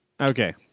Okay